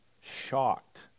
shocked